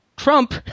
Trump